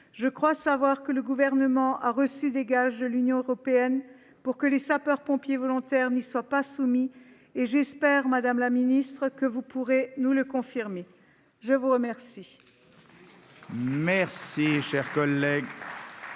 Je crois savoir que le Gouvernement a reçu des gages de l'Union européenne pour que les sapeurs-pompiers volontaires n'y soient pas soumis. J'espère, madame la ministre, que vous pourrez nous le confirmer. La discussion